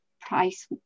Price